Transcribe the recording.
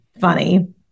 funny